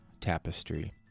tapestry